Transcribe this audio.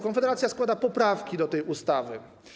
Konfederacja składa poprawki do tej ustawy.